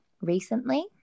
recently